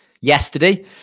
yesterday